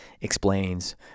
explains